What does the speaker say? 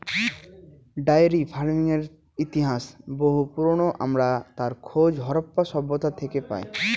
diary ফার্মিংয়ের ইতিহাস বহু পুরোনো, আমরা তার খোঁজ হরপ্পা সভ্যতা থেকে পাই